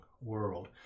world